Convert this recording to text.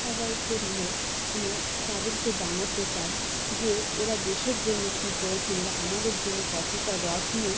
সবাইকে নিয়ে আমি তাদেরকে জানাতে চাই যে এরা দেশের জন্য কী করেছিলেন আমাদের জন্য কতটা রত্ন